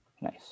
Nice